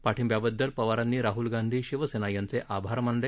पाठिंब्याबद्दल पवारांनी राहल गांधी शिवसेना यांचे आभार मानले